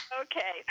Okay